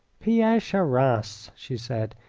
pierre charras, she said,